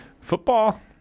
football